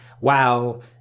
Wow